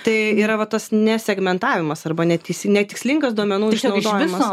tai yra va tas nesegmentavimas arba neteis netikslingas duomenų išnaudojimas